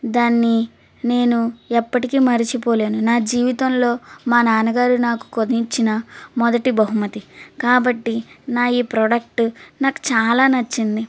దాన్ని నేను ఎప్పటికీ మరచిపోలేను నా జీవితంలో మా నాన్నగారు నాకు కొని ఇచ్చిన మొదటి బహుమతి కాబట్టి నా ఈ ప్రొడక్టు నాకు చాలా నచ్చింది